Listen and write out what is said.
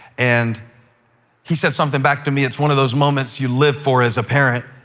and he said something back to me. it's one of those moments you live for as a parent.